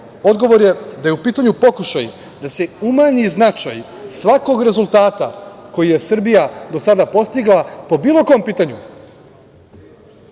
odgovor je da je u pitanju pokušaj da se umanji značaj svakog rezultata koji je Srbija do sada postigla po bilo kom pitanju. Naravno,